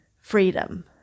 freedom